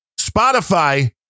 spotify